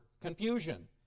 confusion